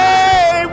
Hey